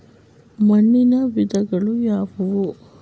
ಮಣ್ಣಿನ ವಿಧಗಳು ಯಾವುವು?